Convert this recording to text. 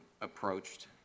approached